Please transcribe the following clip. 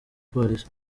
polisi